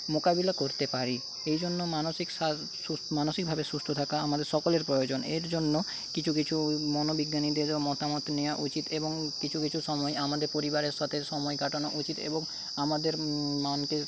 মোকাবিলা করতে পারি এইজন্য মানসিক মানসিকভাবে সুস্থ থাকা আমাদের সকলের প্রয়োজন এর জন্য কিছু কিছু মনোবিজ্ঞানীদেরও মতামত নেওয়া উচিৎ এবং কিছু কিছু সময় আমাদের পরিবারের সাথে সময় কাটানো উচিৎ এবং আমাদের